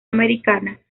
americana